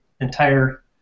entire